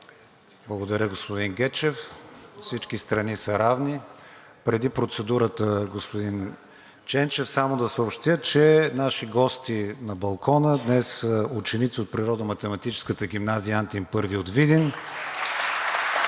Благодаря, господин Гечев – всички страни са равни. Преди процедурата на господин Ченчев само да съобщя, че наши гости на балкона днес са ученици от Природо-математическата гимназия „Екзарх Антим I“ от Видин